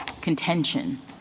contention